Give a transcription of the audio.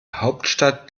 hauptstadt